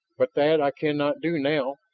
but that i cannot do now,